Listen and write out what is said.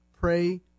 Pray